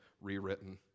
rewritten